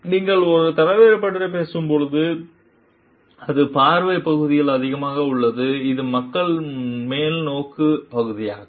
நீங்கள் ஒரு தலைவரைப் பற்றி பேசும்போது அது பார்வை பகுதியில் அதிகமாக உள்ளது இது மக்கள் நோக்குநிலை பகுதியாகும்